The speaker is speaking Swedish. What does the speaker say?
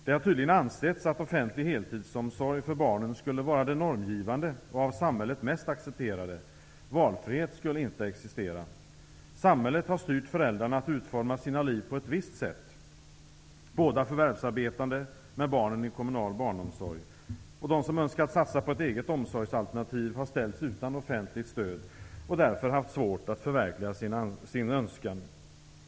Det har tydligen ansetts att offentlig heltidsomsorg för barnen skulle vara det normgivande och av samhället mest accepterade. Valfrihet skulle inte existera. Samhället har styrt föräldrarna att utforma sina liv på ett visst sätt -- båda förvärvsarbetande med barnen i kommunal barnomsorg. De som önskat satsa på ett eget omsorgsalternativ har ställts utan offentligt stöd och därför haft svårt att förverkliga sin önskan.